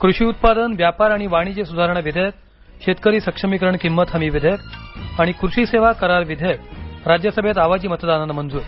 कृषी उत्पादन व्यापार आणि वाणिज्य सुधारणा विधेयक शेतकरी सक्षमीकरण किंमत हमी विधेयक आणि कृषी सेवा करार विधेयक राज्यसभेत आवाजी मतदानानं मंजूर